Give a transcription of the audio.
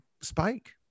Spike